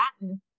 Latin